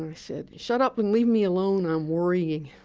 and said, shut up and leave me alone. i'm worrying.